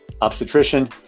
obstetrician